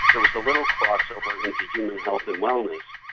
there was a little crossover into human health and wellness,